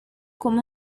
come